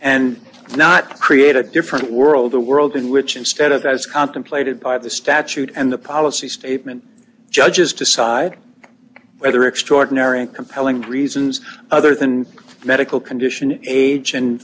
and not create a different world the world in which instead of as contemplated by the statute and the policy statement judges decide whether extraordinary and compelling reasons other than medical condition age and